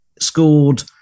scored